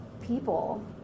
people